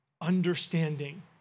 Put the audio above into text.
understanding